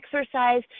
exercise